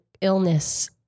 illness